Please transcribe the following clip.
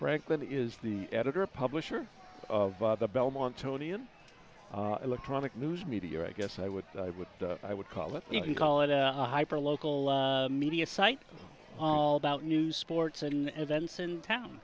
franklin is the editor publisher of the belmont tony in electronic news media i guess i would i would i would call it if you call it a hyper local media site all about news sports and events in town